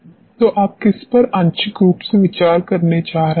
तो आप किस पर आंशिक रूप से विचार करने जा रहे हैं